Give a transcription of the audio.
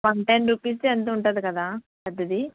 one ten rupees ఎంతో ఉంటుంది కదా పెద్దది